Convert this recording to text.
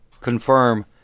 confirm